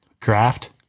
craft